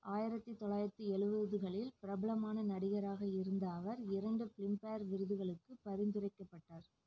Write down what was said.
ஆயிரத்து தொளாயிரத்து எலுபதுகளில் பிரபலமான நடிகராக இருந்த அவர் இரண்டு பிலிம்பேர் விருதுகளுக்குப் பரிந்துரைக்கப்பட்டார்